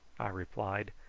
replied.